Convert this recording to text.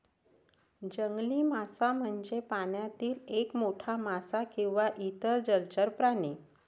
जंगली मासा म्हणजे पाण्यातील एक मोठा मासा किंवा इतर जलचर प्राणी